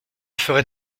ferai